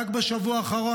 רק בשבוע האחרון,